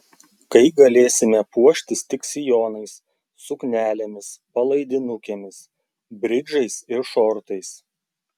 kai galėsime puoštis tik sijonais suknelėmis palaidinukėmis bridžais ir šortais